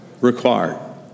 required